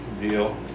deal